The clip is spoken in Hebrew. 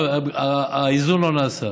האיזון לא נעשה.